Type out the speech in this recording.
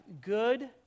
good